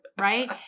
right